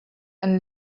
and